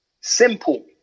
Simple